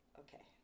okay